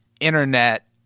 internet